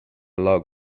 log